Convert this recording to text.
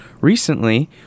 Recently